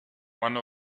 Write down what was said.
one